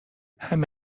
همین